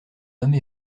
homme